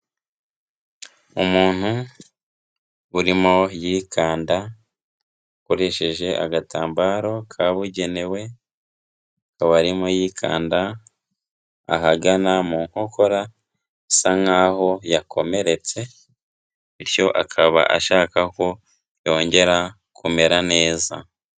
Umuntu urimo yikanda, akoresheje agatambaro kabugenewe, akaba arimo yikanda ahagana mu nkokora, bisa nkaho yakomeretse bityo akaba ashaka ko yongera kumera neza.